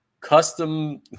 custom